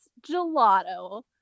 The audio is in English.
gelato